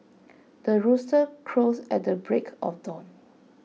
the rooster crows at the break of dawn